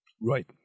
Right